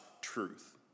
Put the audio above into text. truth